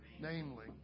namely